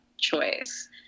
choice